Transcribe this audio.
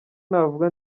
navuga